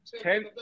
Ten